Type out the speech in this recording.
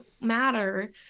matter